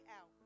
out